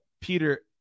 Peter